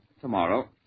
Tomorrow